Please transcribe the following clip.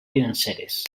financeres